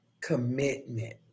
commitment